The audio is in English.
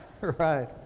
right